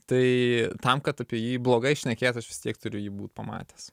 tai tam kad apie jį blogai šnekėt aš vis tiek turiu jį būt pamatęs